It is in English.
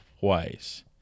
twice